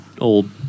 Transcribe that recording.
old